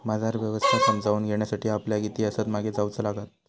बाजार व्यवस्था समजावून घेण्यासाठी आपल्याक इतिहासात मागे जाऊचा लागात